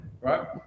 right